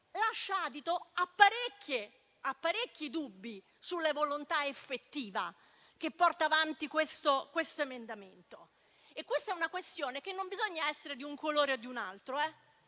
lascia adito a parecchi dubbi sulla volontà effettiva che porta avanti questo emendamento. È una questione per la quale non bisogna essere di un colore o di un altro